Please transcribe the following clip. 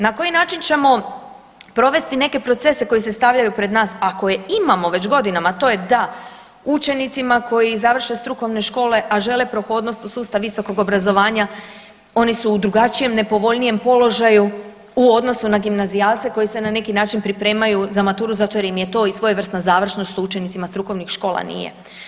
Na koji način ćemo provesti neke procese koji se stavljaju pred nas, a koje imamo već godinama, a to je da učenicima koji završe strukovne škole, a žele prohodnost u sustav visokog obrazovanja oni su u drugačijem, nepovoljnijem položaju u odnosu na gimnazijalce koji se na neki način pripremaju za maturu zato jer im je to i svojevrsna završnost što učenicima strukovnih škola nije?